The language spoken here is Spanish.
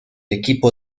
equipo